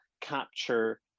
capture